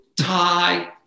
tie